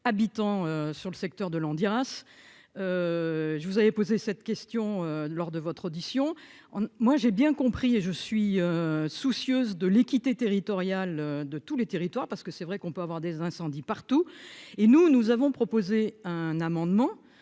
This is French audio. habitant sur le secteur de Landiras, je vous avez posé cette question lors de votre audition, moi j'ai bien compris et je suis soucieuse de l'équité territoriale de tous les territoires parce que c'est vrai qu'on peut avoir des incendies partout et nous, nous avons proposé un amendement